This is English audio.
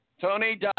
Tony